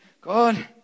God